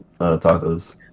tacos